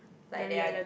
like there're